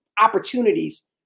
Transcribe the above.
opportunities